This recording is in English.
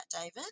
David